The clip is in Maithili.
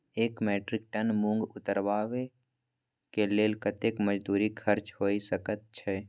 एक मेट्रिक टन मूंग उतरबा के लेल कतेक मजदूरी खर्च होय सकेत छै?